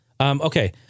Okay